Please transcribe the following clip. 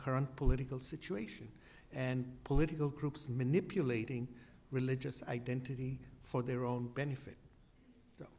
current political situation and political groups manipulating religious identity for their own benefit